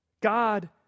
God